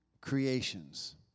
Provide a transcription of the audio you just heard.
creations